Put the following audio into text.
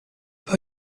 pas